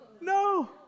No